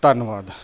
ਧੰਨਵਾਦ